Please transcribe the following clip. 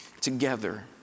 Together